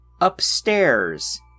upstairs